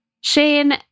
Shane